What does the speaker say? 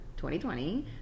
2020